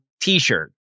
t-shirt